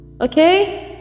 Okay